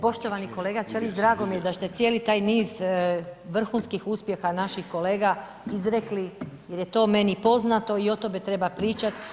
Poštovani kolega Ćelić, drago mi je da ste cijeli taj niz vrhunskih uspjeha naših kolega izrekli jer je to meni poznato i o tome treba pričati.